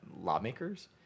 lawmakers